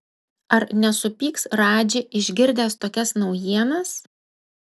ar nesupyks radži išgirdęs tokias naujienas